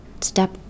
step